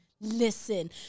listen